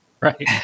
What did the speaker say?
right